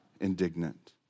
indignant